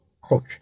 coach